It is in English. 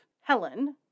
Helen